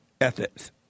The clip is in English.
ethics